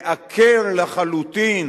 לעקר לחלוטין